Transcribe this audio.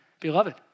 Beloved